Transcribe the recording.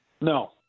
No